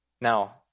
Now